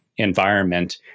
environment